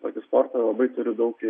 tokį sportą labai turiu daug